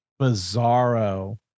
bizarro